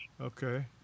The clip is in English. Okay